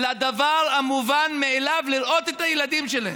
לדבר המובן מאליו: לראות את הילדים שלהם.